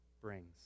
brings